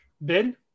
Ben